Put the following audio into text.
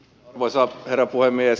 arvoisa herra puhemies